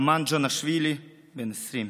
רומן דז'אנשוילי, בן 20,